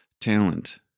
Talent